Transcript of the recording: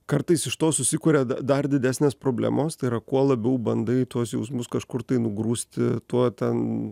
kartais iš to susikuria dar didesnės problemos tai yra kuo labiau bandai tuos jausmus kažkur tai nugrūsti tuo ten